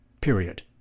period